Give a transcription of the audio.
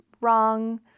wrong